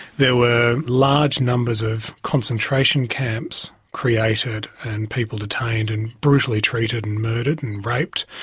there were large numbers of concentration camps created and people detained and brutally treated and murdered and raped,